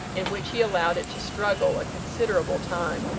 in which he allowed it to struggle a considerable time.